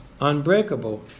unbreakable